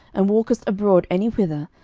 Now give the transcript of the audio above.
and walkest abroad any whither,